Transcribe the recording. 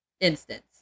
instance